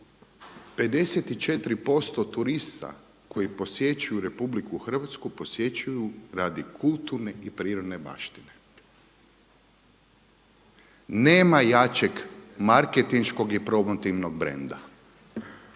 54% turista koji posjećuju RH posjećuju radi kulturne i prirodne baštine. Nema jačeg marketinškog i promotivnog branda.